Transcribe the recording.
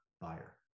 buyer